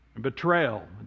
betrayal